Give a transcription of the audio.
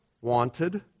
wanted